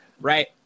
Right